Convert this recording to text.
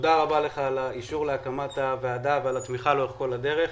תודה רבה לך על האישור להקמת הוועדה ועל התמיכה לאורך כל הדרך,